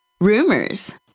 rumors